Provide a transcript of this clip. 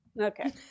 okay